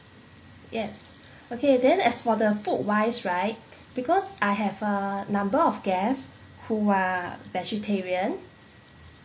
yes okay then as for the food wise right because I have a number of guests who are vegetarian